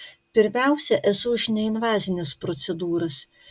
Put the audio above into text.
pirmiausia esu už neinvazines procedūras